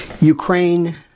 Ukraine